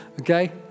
Okay